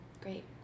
Great